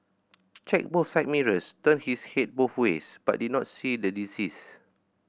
checked both side mirrors turned his head both ways but did not see the deceased